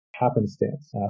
happenstance